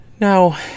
Now